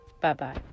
Bye-bye